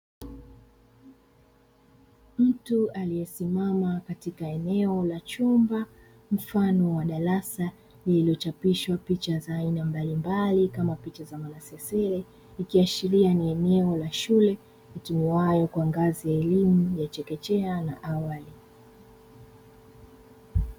Mtu aliyesimama katika eneo la chumba mfano wa darasa lililochapishwa picha za aina mbalimbali kama picha za mwanasesere, ikiashiria ni eneo la shule litumiwayo kwa ngazi ya elimu chekechea na awali.